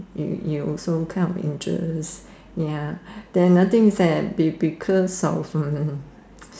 you you also kind of interest ya then the thing is that be~ because of um